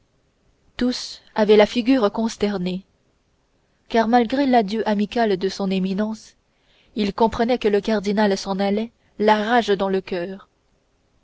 tous avaient la figure consternée car malgré l'adieu amical de son éminence ils comprenaient que le cardinal s'en allait la rage dans le coeur